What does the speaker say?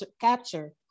capture